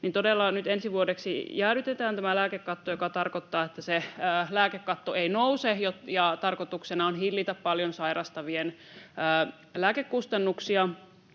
Todella nyt ensi vuodeksi jäädytetään tämä lääkekatto, mikä tarkoittaa, että se lääkekatto ei nouse. Tarkoituksena on hillitä paljon sairastavien lääkekustannuksia,